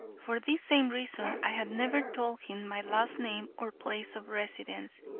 for this same reason, i had never told him my last name or place of residence.